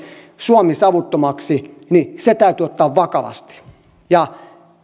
suomi savuttomaksi täytyy ottaa vakavasti